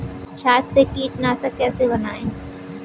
छाछ से कीटनाशक कैसे बनाएँ?